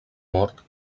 mort